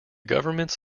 governments